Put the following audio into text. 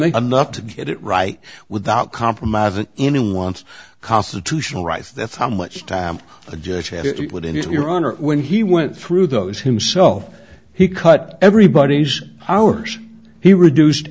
me enough to get it right without compromising anyone wants constitutional rights that's how much time a judge had it would in your honor when he went through those himself he cut everybody's hours he reduced